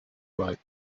right